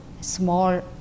small